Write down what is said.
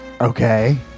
okay